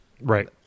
Right